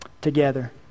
together